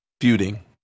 feuding